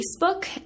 Facebook